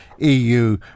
EU